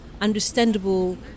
understandable